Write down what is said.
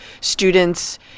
students